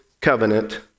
covenant